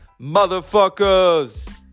motherfuckers